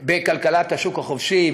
בכלכלת השוק החופשי,